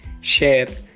Share